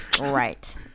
Right